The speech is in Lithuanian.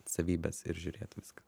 savybes ir žiūrėt viską